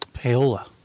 Paola